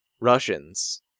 Russians